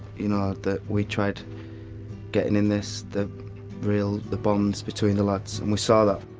you know, that we tried getting in this, the real, the bonds between the lads. and we saw that.